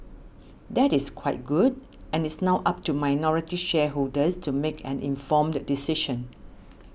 that is quite good and it's now up to minority shareholders to make an informed decision